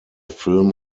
film